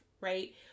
right